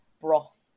broth